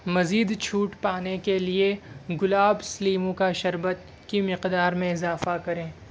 مزید چھوٹ پانے کے لیے گلابز لیمو کا شربت کی مقدار میں اضافہ کریں